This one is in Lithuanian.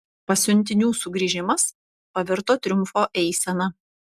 pasiuntinių sugrįžimas pavirto triumfo eisena